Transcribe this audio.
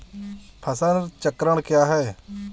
फसल चक्रण क्या है?